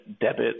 debit